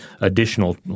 additional